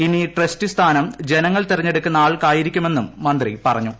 ഇനി പ്രസ്റ്റി സ്ക്രീസ്ട് ്ജനങ്ങൾ തെരഞ്ഞെടുക്കുന്ന ആൾക്കായിരിക്കുമെന്നും മന്ത്രി പ്പറഞ്ഞു